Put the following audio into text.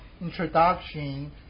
introduction